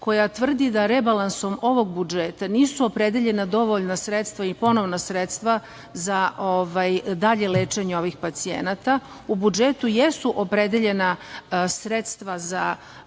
koja tvrdi da rebalansom ovog budžeta nisu opredeljena dovoljna sredstva i ponovna sredstva za dalje lečenje ovih pacijenata. U budžetu jesu opredeljena sredstva za